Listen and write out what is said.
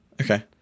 okay